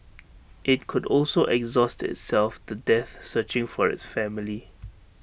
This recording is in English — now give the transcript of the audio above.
IT could also exhaust itself to death searching for its family